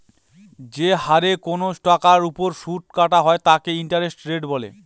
যে হারে কোনো টাকার ওপর সুদ কাটা হয় তাকে ইন্টারেস্ট রেট বলে